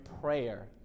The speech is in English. prayer